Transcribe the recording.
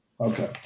Okay